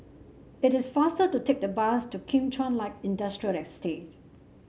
it is faster to take the bus to Kim Chuan Light Industrial Estate